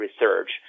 research